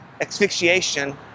asphyxiation